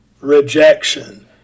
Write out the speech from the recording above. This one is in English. rejection